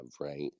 right